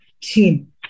team